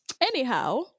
Anyhow